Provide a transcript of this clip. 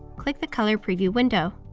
click the color preview window.